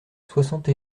soixante